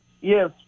Yes